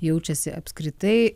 jaučiasi apskritai